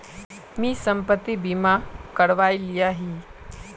मी संपत्ति बीमा करवाए लियाही